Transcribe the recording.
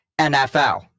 NFL